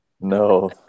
No